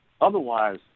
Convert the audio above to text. otherwise